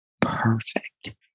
perfect